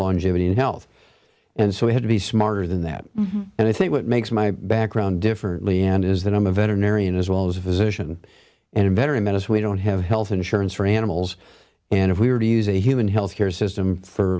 longevity and health and so we have to be smarter than that and i think what makes my background differently and is that i'm a veterinarian as well as a physician and a veteran medicine we don't have health insurance for animals and if we were to use a human health care system for